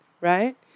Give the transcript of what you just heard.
right